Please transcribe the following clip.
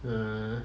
err